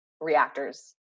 reactors